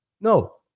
no